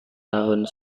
tahun